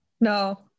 No